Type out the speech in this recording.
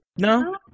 No